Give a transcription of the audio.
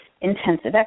intensive